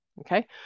okay